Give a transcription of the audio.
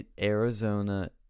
Arizona